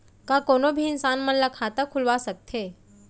का कोनो भी इंसान मन ला खाता खुलवा सकथे?